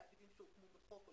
תאגידים שהוקמו בחוק או